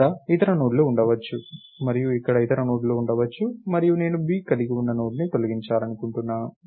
ఇక్కడ ఇతర నోడ్లు ఉండవచ్చు మరియు ఇక్కడ ఇతర నోడ్లు ఉండవచ్చు మరియు నేను b కలిగి ఉన్న నోడ్ను తొలగించాలనుకుంటున్నాను